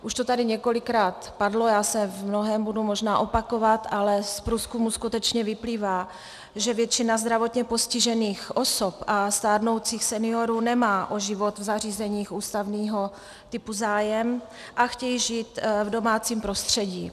Už to tady několikrát padlo, já se v mnohém budu možná opakovat, ale z průzkumu skutečně vyplývá, že většina zdravotně postižených osob a stárnoucích seniorů nemá o život v zařízeních ústavního typu zájem a chtějí žít v domácím prostředí.